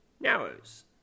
narrows